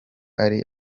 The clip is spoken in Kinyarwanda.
ari